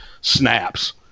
snaps